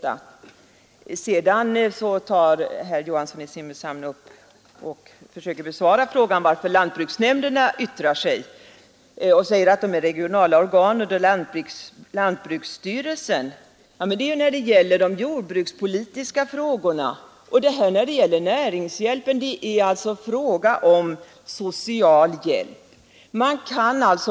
När sedan herr Johansson försökte besvara frågan varför lantbruksnämnderna yttrar sig i sådana här fall, sade han, att de är regionala organ under lantbruksstyrelsen och yttrar sig när det gäller de jordbrukspolitiska frågorna. Men här gäller det näringshjälpen, dvs. det är fråga om social hjälp. Varför skall lantbruksnämnderna yttra sig om behov av social hjälp?